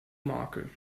makel